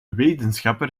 wetenschapper